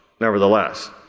nevertheless